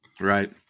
Right